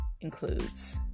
includes